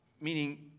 Meaning